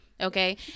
Okay